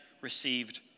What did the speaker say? received